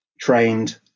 trained